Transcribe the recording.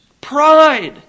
Pride